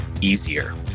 easier